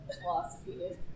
philosophy